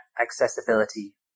accessibility